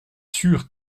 sûr